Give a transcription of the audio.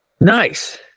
nice